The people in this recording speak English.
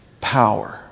power